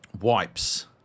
Wipes